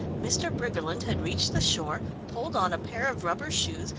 mr. briggerland had reached the shore, pulled on a pair of rubber shoes,